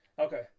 Okay